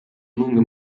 numwe